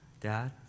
Dad